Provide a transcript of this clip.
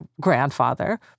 grandfather